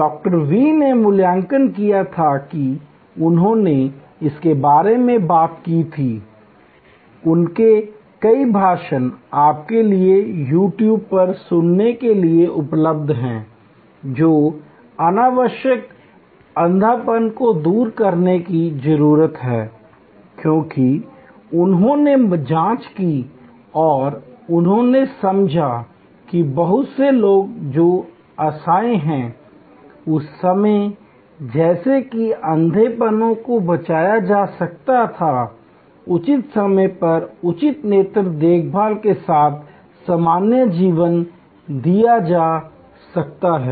डॉ वी ने मूल्यांकन किया था और उन्होंने इसके बारे में बात की थी उनके कई भाषण आपके लिए यू ट्यूब पर सुनने के लिए उपलब्ध हैं जो अनावश्यक अंधापन को दूर करने की जरूरत है क्योंकि उन्होंने जांच की और उन्होंने समझा कि बहुत से लोग जो असहाय हैं उस समय जैसा कि अंधेपनको को बचाया जा सकता था उचित समय पर उचित नेत्र देखभाल के साथ सामान्य जीवन दिया जा सकता था